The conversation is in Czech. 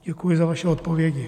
Děkuji za vaše odpovědi.